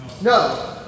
No